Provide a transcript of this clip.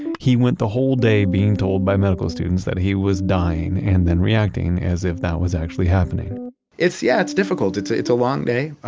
he went the whole day being told by medical students that he was dying and then reacting as if that was actually happening it's, yeah, it's difficult. it's it's a long day.